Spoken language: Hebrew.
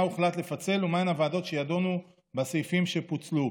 הוחלט לפצל ומהן הוועדות שידונו בסעיפים שפוצלו.